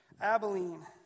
Abilene